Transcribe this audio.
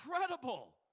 incredible